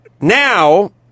now